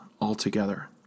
altogether